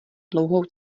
dlouhou